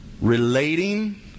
Relating